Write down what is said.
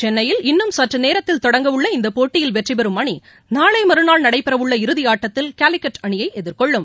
சென்னையில் இன்னும் சற்று நேரத்தில் தொடங்க உள்ள இந்தப் போட்டியில் வெற்றிபெறும் அணி நாளை மறுநாள் நடைபெறவுள்ள இறுதி ஆட்டத்தில் காலிக்கட் அணியை எதிர்கொள்ளும்